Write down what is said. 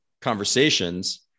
conversations